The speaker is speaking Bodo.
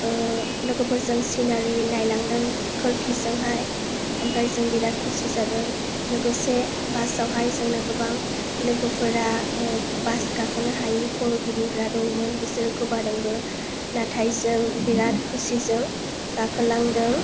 लोगोफोरजों सिनारि नायलांदों खोरखिजोंहाय ओमफ्राय जों बिराद खुसि जादों लोगोसे बास आवहाय जोंना गोबां लोगोफोरा बास गाखोनो हायि खर' गिदिंग्रा दंमोन बिसोर गोबादोंबो नाथाय जों बिराद खुसिजों गाखोलांदों